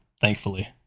thankfully